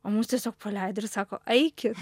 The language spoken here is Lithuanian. o mus tiesiog paleido ir sako eikit